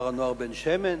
כפר-הנוער בן-שמן,